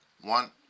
one